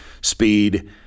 speed